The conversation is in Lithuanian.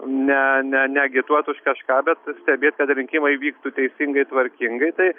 ne ne ne agituotus už kažką bet stebėt kad rinkimai vyktų teisingai tvarkingai tai